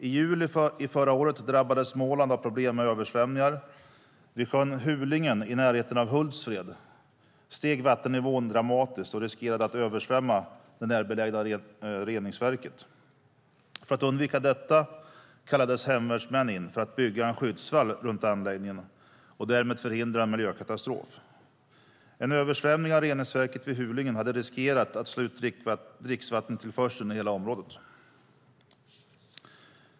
I juli förra året drabbades Småland av problem med översvämningar. Vid sjön Hulingen i närheten av Hultsfred steg vattennivån dramatiskt och riskerade att översvämma det närbelägna reningsverket. För att undvika detta kallades hemvärnsmän in för att bygga en skyddsvall runt anläggningen och därmed förhindra en miljökatastrof. En översvämning av reningsverket vid Hulingen hade riskerat att slå ut dricksvattentillförseln i området.